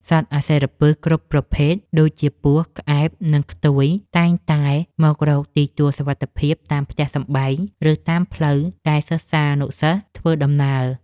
សត្វអាសិរពិសគ្រប់ប្រភេទដូចជាពស់ ក្អែប និង ខ្ទួយតែងតែមករកទីទួលសុវត្ថិភាពតាមផ្ទះសម្បែង ឬតាមផ្លូវដែលសិស្សានុសិស្សធ្វើដំណើរ។